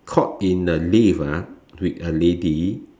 caught in the lift ah with a lady